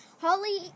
Holly